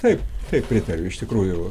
taip taip pritariu iš tikrųjų